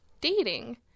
dating